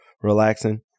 relaxing